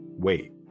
Wait